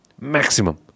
maximum